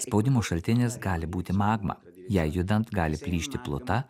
spaudimų šaltinis gali būti magma jai judant gali plyšti pluta